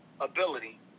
ability